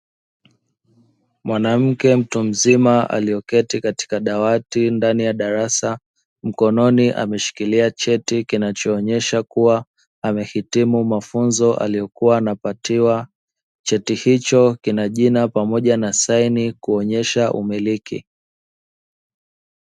Mwanamke mtu mzima aliyeketi katika dawati ndani ya darasa, mkononi ameshikilia cheti kinachoonyesha kuwa amehitimu mafunzo aliyokuwa anapatiwa. Cheti hicho kina jina pamoja na saini kuonyesha umiliki.